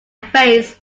face